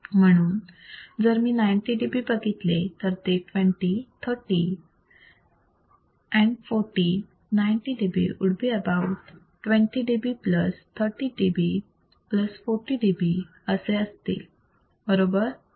म्हणून जर मी 90 dB बघितले तर ते 20 30 and 40 90 db would be about 20 dB plus 30 dB plus 40 dB असे असतील बरोबर